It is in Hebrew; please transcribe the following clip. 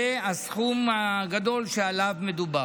זה הסכום הגדול שעליו מדובר.